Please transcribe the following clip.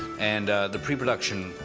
and the pre-production,